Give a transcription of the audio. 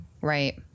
Right